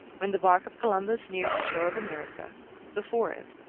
when the bark of columbus nears the shore of america before it,